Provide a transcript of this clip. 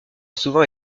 souvent